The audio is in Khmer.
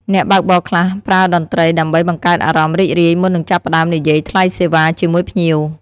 អ្នកបើកបរខ្លះប្រើតន្ត្រីដើម្បីបង្កើតអារម្មណ៍រីករាយមុននឹងចាប់ផ្តើមនិយាយថ្លៃសេវាជាមួយភ្ញៀវ។